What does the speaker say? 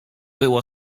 było